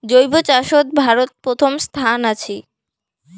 জৈব চাষত ভারত প্রথম স্থানত আছি